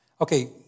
Okay